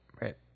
right